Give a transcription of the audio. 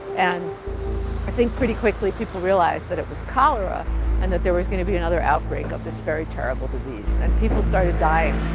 and i think pretty quickly, people realized realized that it was cholera and that there was going to be another outbreak of this very terrible disease. and people started dying.